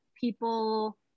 people